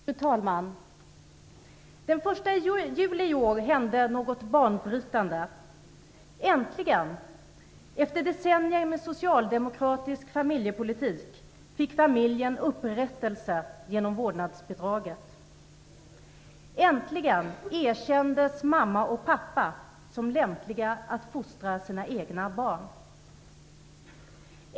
Fru talman! Den 1 juli i år hände något banbrytande. Äntligen efter decennier av socialdemokratisk familjepolitik fick familjen upprättelse genom vårdnadsbidraget! Äntligen erkändes mamma och pappa som lämpliga att fostra sina egna barn.